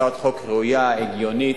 הצעת חוק ראויה, הגיונית,